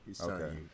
Okay